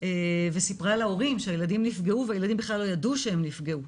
וסיפרה להורים שהילדים נפגעו והילדים בכלל לא ידעו שהם נפגעו.